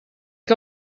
que